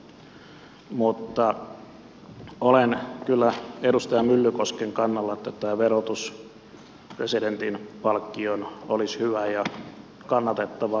mutta olen kyllä edustaja myllykosken kannalla että tämä verotus presidentin palkkioon olisi hyvä ja kannatettava muutos